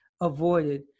avoided